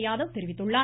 யாதவ் தெரிவித்துள்ளார்